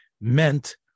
meant